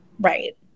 right